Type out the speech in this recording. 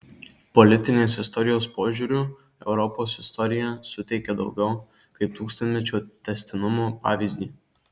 politinės istorijos požiūriu europos istorija suteikia daugiau kaip tūkstantmečio tęstinumo pavyzdį